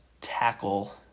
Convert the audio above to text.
tackle